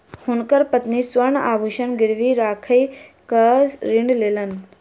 हुनकर पत्नी स्वर्ण आभूषण गिरवी राइख कअ ऋण लेलैन